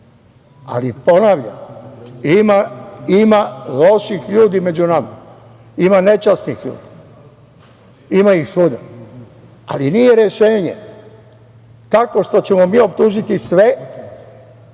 dam. Ali ponavljam, ima loših ljudi među nama, ima nečasnih ljudi, ima ih svuda, ali nije rešenje tako što ćemo mi optužiti sve,